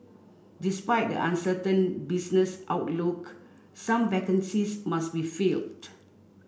despite the uncertain business outlook some vacancies must be filled